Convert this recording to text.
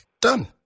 Done